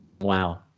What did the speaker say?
Wow